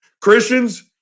Christians